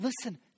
listen